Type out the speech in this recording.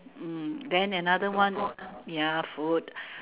mm then another one ya food